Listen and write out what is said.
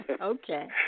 Okay